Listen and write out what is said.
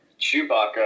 chewbacca